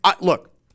look